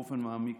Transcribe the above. באופן מעמיק,